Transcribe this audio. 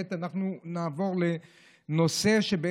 כעת אנחנו נעבור לניסים.